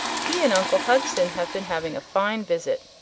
he and uncle hugson have been having a fine visit.